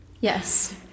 Yes